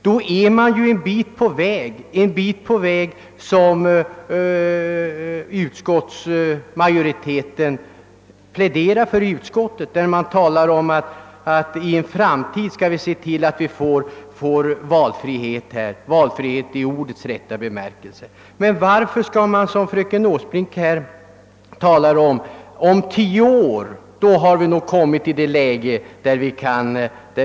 Man skulle ju därmed vara en bit på väg mot det som även utskottsmajoritetens talesman pläderar för, nämligen att åstadkomma valfrihet. Varför skall man, fröken Åsbrink, vänta i tio år för en ändring?